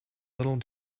little